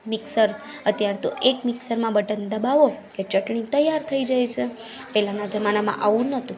mixer અત્યારે તો એક મિક્સરમાં બટન દબાવો ચટણી તૈયાર થઈ જાય છે પહેલાના જમાનામાં આવું નહોતું